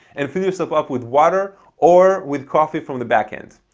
and fill yourself up with water or with coffee from the back end.